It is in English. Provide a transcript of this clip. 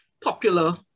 popular